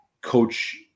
coach